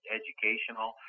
educational